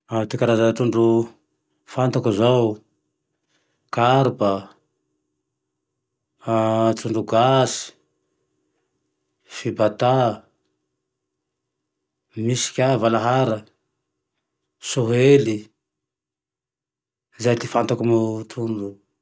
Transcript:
Ah ty karazany trondro fantako zao karpa, trondro gasy, fibata, misy ka valahara, sohely, zay ty fantako amy trondroy.